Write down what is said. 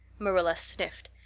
marilla sniffed.